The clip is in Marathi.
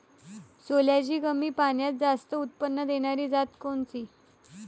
सोल्याची कमी पान्यात जास्त उत्पन्न देनारी जात कोनची?